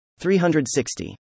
360